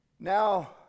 Now